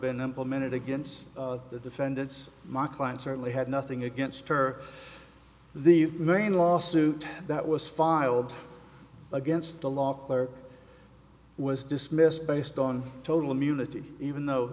been implemented against the defendants my client certainly had nothing against her the main lawsuit that was filed against the law clerk was dismissed based on total immunity even though